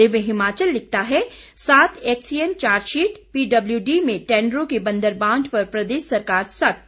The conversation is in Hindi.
दिव्य हिमाचल लिखता है सात एक्सईएन चार्जशीट पीडब्ल्यूडी में टेंडरों की बंदरबांट पर प्रदेश सरकार सख्त